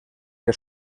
que